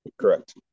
correct